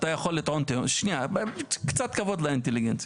שנייה, קצת כבוד לאינטליגנציה.